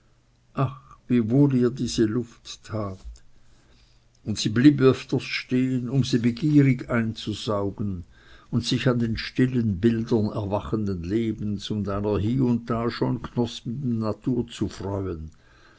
wohl ihr diese luft tat und sie blieb öfters stehen um sie begierig einzusaugen und sich an den stillen bildern erwachenden lebens und einer hier und da schon knospenden natur zu freuen